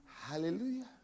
Hallelujah